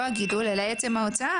לא הגידול אלא עצם ההוצאה,